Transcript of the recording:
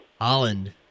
Holland